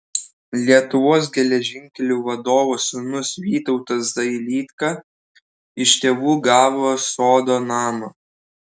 lietuvos geležinkelių vadovo sūnus vytautas dailydka iš tėvų gavo sodo namą